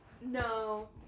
No